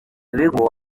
bigo